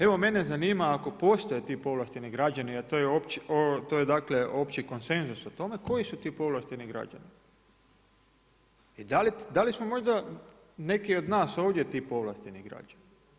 Evo mene zanima, ako postoje ti povlašteni građani a to je opći konsenzus o tome, koji su ti povlašteni građani i da li smo možda neki od nas ovdje ti povlašteni građani?